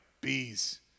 bees